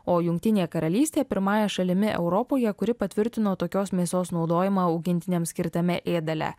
o jungtinė karalystė pirmąja šalimi europoje kuri patvirtino tokios mėsos naudojimą augintiniams skirtame ėdale